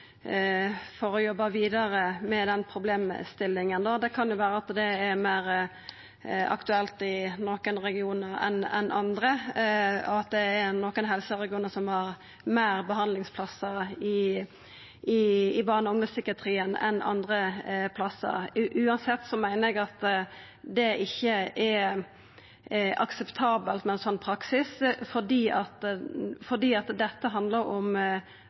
jobba vidare med den problemstillinga. Det kan jo vera at det er meir aktuelt i nokre regionar enn i andre, og at det er nokre helseregionar som har fleire behandlingsplassar i barne- og ungdomspsykiatrien enn andre plassar. Eg meiner at det uansett ikkje er akseptabelt med ein sånn praksis, for dette handlar om alvorleg psykisk sjuke barn som treng helsehjelp, og om